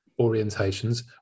orientations